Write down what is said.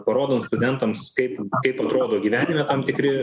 parodant studentams kaip kaip atrodo gyvenime tam tikri